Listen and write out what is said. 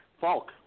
Falk